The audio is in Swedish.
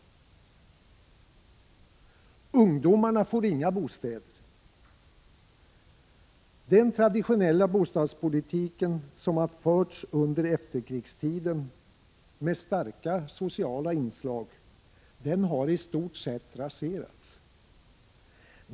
Ungdomarna får inga egna bostäder. Den traditionella bostadspolitiken som förts under efterkrigstiden, med starka sociala inslag, har i stort sett raserats.